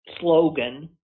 Slogan